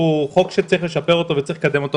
שצריך לשפר ולקדם את החוק.